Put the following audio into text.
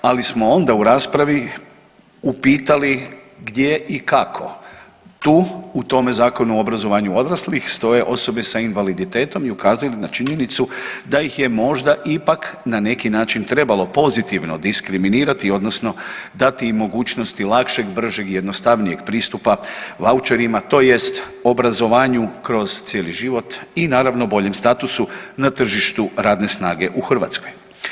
Ali smo onda u raspravi upitali gdje i kako tu u tome Zakonu o obrazovanju odraslih stoje osobe sa invaliditetom i ukazali na činjenicu da ih je možda ipak na neki način trebalo pozitivno diskriminirati, odnosno dati im mogućnosti lakšeg, bržeg i jednostavnijeg pristupa vaučerima, tj. obrazovanju kroz cijeli život i naravno boljem statusu na tržištu radne snage u Hrvatskoj.